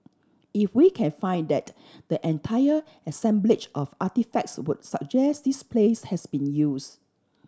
if we can find that the entire assemblage of artefacts would suggest this place has been use